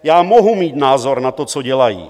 Já mohu mít názor na to, co dělají.